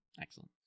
Excellent